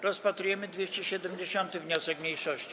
Rozpatrujemy 270. wniosek mniejszości.